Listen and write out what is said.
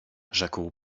rzekł